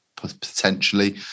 Potentially